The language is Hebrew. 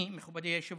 אני, מכובדי היושב-ראש,